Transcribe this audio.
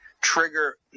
trigger